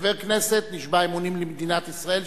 חבר כנסת נשבע אמונים למדינת ישראל,